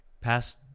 past